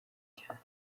cyane